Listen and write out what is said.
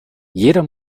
jeder